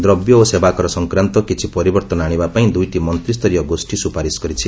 ଦ୍ରବ୍ୟ ଓ ସେବାକର ସଂକ୍ରାନ୍ତ କିଛି ପରିବର୍ତ୍ତନ ଆଣିବାପାଇଁ ଦୁଇଟି ମନ୍ତ୍ରିସରୀୟ ଗୋଷ୍ଠୀ ସୁପାରିସ୍ କରିଛନ୍ତି